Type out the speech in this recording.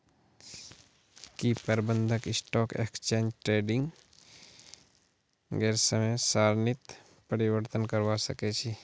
की प्रबंधक stock exchange ट्रेडिंगेर समय सारणीत परिवर्तन करवा सके छी